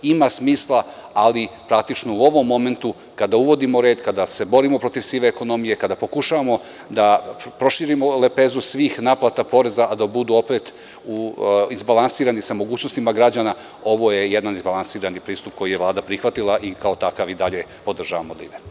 Ima smisla ali praktično u ovom momentu kada uvodimo red, kada se borimo protiv sive ekonomije, kada pokušavamo da proširimo ovu lepezu svih naplata poreza a da budu opet izbalansirani sa mogućnostima građana, ovo je jedan izbalansirani pristup koji je Vlada prihvatila i kao takav i dalje podržavamo da ide.